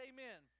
Amen